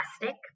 plastic